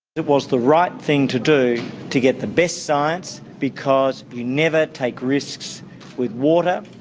it was the right thing to do to get the best science because you never take risks with water,